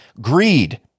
Greed